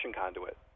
conduit